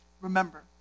remember